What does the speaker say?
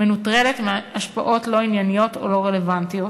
מנוטרלת מהשפעות לא ענייניות או לא רלוונטיות.